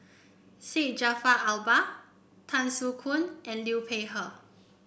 Syed Jaafar Albar Tan Soo Khoon and Liu Peihe